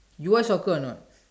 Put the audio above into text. you watch soccer or not